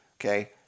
okay